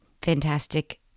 fantastic